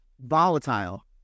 volatile